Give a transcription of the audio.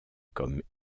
comme